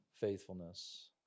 faithfulness